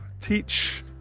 teach